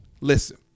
listen